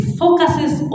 focuses